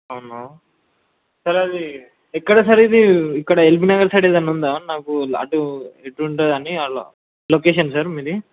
అవునా సార్ అది ఎక్కడ సార్ ఇది ఇక్కడ ఎల్బీ నగర్ సైడ్ ఏదన్నా ఉందా నాకు అటు ఇటు ఉంటుందని అలా లొకేషన్ సార్ మీది